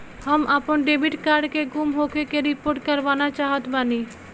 हम आपन debit card के गुम होखे के रिपोर्ट करवाना चाहत बानी